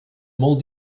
molt